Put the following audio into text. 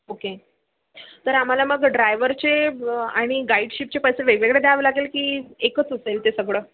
okay तर आम्हाला मग ड्रायवरचे आणि गाईडशिपचे पैसे वेगवेगळे द्यावं लागेल की एकच असेल ते सगळं